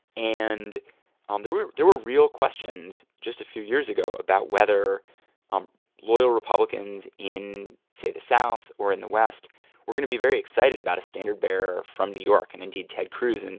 and um there were there were real questions just a few years ago about whether um loyal republicans in, say, the south or in the west were going to be very excited about a standard-bearer from new york. and, indeed, ted cruz, and